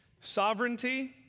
sovereignty